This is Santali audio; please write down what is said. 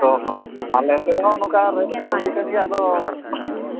ᱚᱼᱦᱚ ᱟᱞᱮᱥᱮᱫ ᱫᱚ ᱱᱟᱦᱟᱜ ᱱᱚᱝᱠᱟ ᱨᱮᱹᱴᱫᱚ ᱦᱩᱭ ᱟᱠᱟᱱᱜᱮᱭᱟ ᱟᱫᱚ